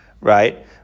right